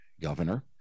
governor